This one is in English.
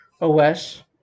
OS